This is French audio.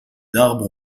arbres